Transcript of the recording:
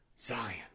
Zion